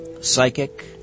psychic